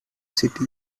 city